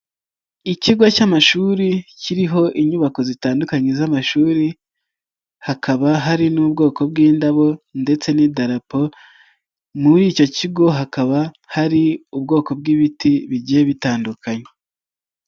Ikigo cy'amashuri kiriho inyubako zitandukanye z'amashuri, hakaba hari n'ubwoko bw'indabo ndetse n'idarapo, muri icyo kigo hakaba hari ubwoko bw'ibiti bigiye bitandukanye.